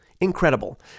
incredible